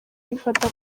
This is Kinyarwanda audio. bifata